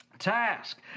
task